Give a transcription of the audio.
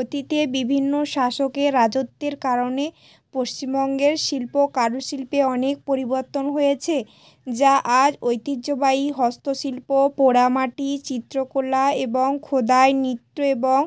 অতীতে বিভিন্ন শাসকের রাজত্বের কারণে পশ্চিমবঙ্গের শিল্প কারুশিল্পে অনেক পরিবর্তন হয়েছে যা আর ঐতিহ্যবাহী হস্তশিল্প পোড়ামাটি চিত্রকলা এবং খোদাই নৃত্য এবং